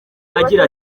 agira